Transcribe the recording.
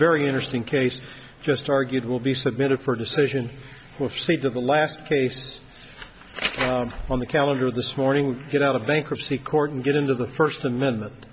very interesting case just argued will be submitted for decision of speed of the last case on the calendar this morning get out of bankruptcy court and get into the first amendment